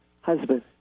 Husband